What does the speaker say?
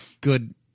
good